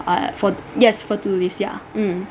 uh for yes for two days ya mm